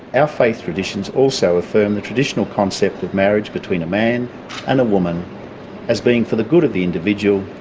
our faith traditions also affirm the traditional concept of marriage between a man and a woman as being for the good of the individual,